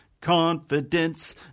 confidence